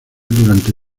durante